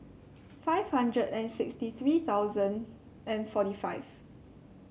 five hundred and sixty three thousand and forty five